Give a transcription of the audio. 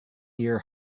year